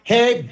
Hey